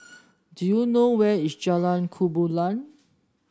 do you know where is Jalan Gumilang